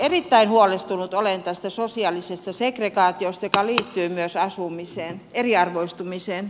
erittäin huolestunut olen tästä sosiaalisesta segregaatiosta joka liittyy myös asumisen eriarvoistumiseen